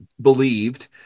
believed